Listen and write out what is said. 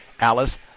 Alice